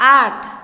आठ